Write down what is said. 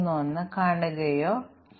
എന്താണ് ഇന്റർഫേസിംഗ്